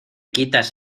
quitas